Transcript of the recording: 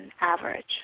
average